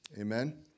Amen